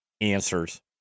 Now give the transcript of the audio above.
Answers